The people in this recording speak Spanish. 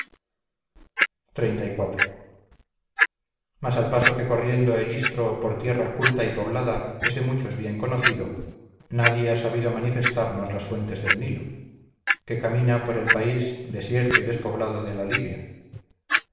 los milesios xxxiv mas al paso que corriendo el istro por tierra culta y poblada es de muchos bien conocido nadie ha sabido manifestarnos las fuentes del nilo que camina por el país desierto y despoblado de la libia